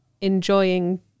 enjoying